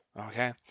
okay